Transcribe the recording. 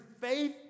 faith